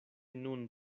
nun